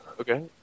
Okay